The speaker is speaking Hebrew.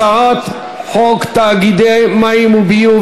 הצעת חוק תאגידי מים וביוב